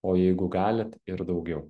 o jeigu galit ir daugiau